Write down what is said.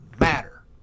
matter